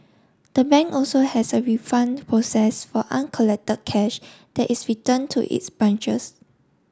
the bank also has a refund process for uncollected cash that is return to its branches